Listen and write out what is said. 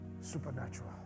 supernatural